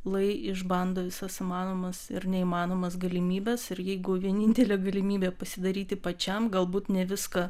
lai išbando visas įmanomas ir neįmanomas galimybes ir jeigu vienintelė galimybė pasidaryti pačiam galbūt ne viską